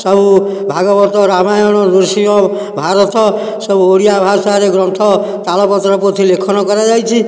ସବୁ ଭାଗବତ ରାମାୟଣ ନୃସିଂହ ଭାରତ ସବୁ ଓଡ଼ିଆଭାଷାରେ ଗ୍ରନ୍ଥ ତାଳପତ୍ର ପୋଥି ଲେଖନ କରାଯାଇଛି